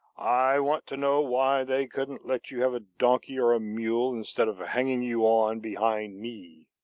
i want to know why they couldn't let you have a donkey or a mule, instead of hanging you on behind me.